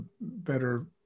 better